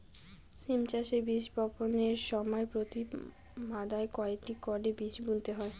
সিম চাষে বীজ বপনের সময় প্রতি মাদায় কয়টি করে বীজ বুনতে হয়?